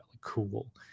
cool